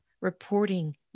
reporting